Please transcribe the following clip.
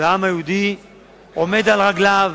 והעם היהודי עומד על רגליו,